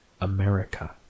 America